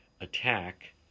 attack